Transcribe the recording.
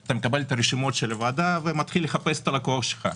אתה מקבל את רשימות הוועדה ומתחיל לחפש את הלקוח שלך.